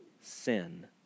sin